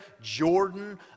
Jordan